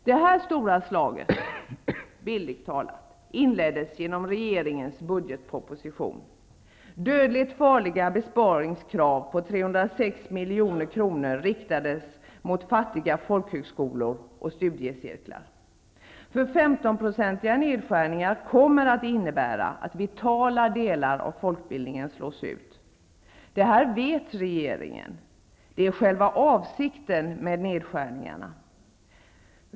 Det stora slaget, bildligt talat, inleddes med regeringens budgetproposition. Dödligt farliga besparingskrav på 306 milj.kr. riktades mot fattiga folkhögskolor och studiecirklar. Femtonprocentiga nedskärningar kommer att innebära att vitala delar av folkbildningen slås ut. Det här vet regeringen, och det är själva avsikten med nedskärningarna.